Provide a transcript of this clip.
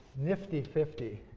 nifty fifty.